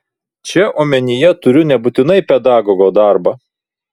čia omenyje turiu nebūtinai pedagogo darbą